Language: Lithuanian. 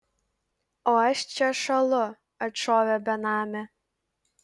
o aš čia šąlu atšovė benamė